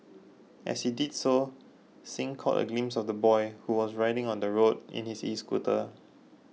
as he did so Singh caught a glimpse of the boy who was riding on the road in his escooter